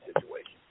situation